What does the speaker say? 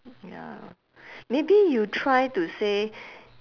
ya maybe you try to say